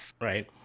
right